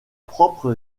propre